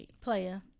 Player